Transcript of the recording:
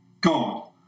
God